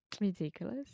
ridiculous